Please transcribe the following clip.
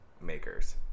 makers